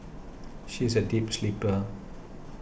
she is a deep sleeper